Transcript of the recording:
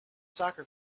soccer